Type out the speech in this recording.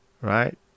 Right